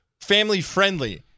family-friendly